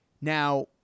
Now